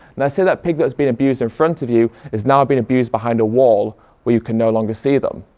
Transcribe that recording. now say that pig that was being abused in front of you is now being abused behind a wall where you can no longer see them.